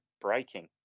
breaking